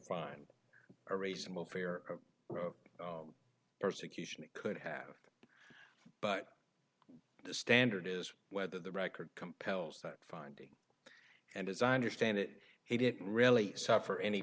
find a reasonable fear of persecution it could have but the standard is whether the record compels that finding and as i understand it he didn't really suffer any